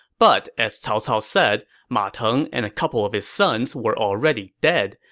but as cao cao said, ma teng and a couple of his sons were already dead,